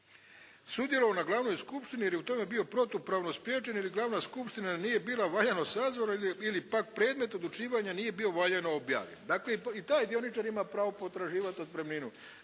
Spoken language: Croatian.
sudjelovao na glavnoj skupštini jer je u tome bio protupravno spriječen ili glavna skupština nije bila valjano sazvana ili pak predmet odlučivanja nije bio valjano objavljen. Dakle, i taj dioničar ima pravo potraživati otpremninu,